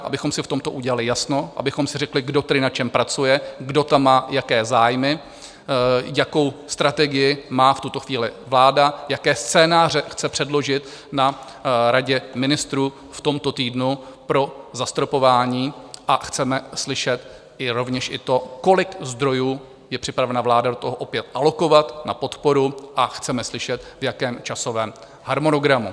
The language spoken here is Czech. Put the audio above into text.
Abychom si v tomto udělali jasno, abychom si řekli, kdo na čem pracuje, kdo tam má jaké zájmy, jakou strategii má v tuto chvíli vláda, jaké scénáře chce předložit na Radě ministrů v tomto týdnu pro zastropování, a chceme slyšet rovněž i to, kolik zdrojů je připravena vláda do toho opět alokovat na podporu, a chceme slyšet, v jakém časovém harmonogramu.